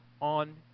on